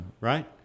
Right